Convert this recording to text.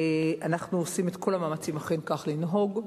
אנחנו עושים את כל המאמצים אכן כך לנהוג.